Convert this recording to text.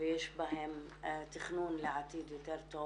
ויש בהם תכנון לעתיד יותר טוב